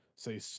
Say